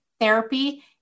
therapy